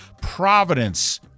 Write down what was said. Providence